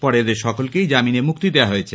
পরে এদের সকলকেই জামিনে মুক্তি দেওয়া হয়েছে